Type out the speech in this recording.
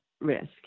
risk